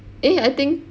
eh I think